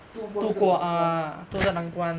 度过这个难关 mm